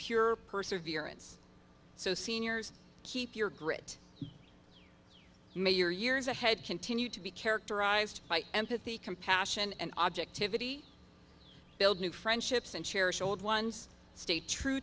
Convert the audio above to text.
pure perseverance so seniors keep your grit may your years ahead continue to be characterized by empathy compassion and objectivity build new friendships and cherish old ones stay true